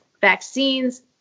vaccines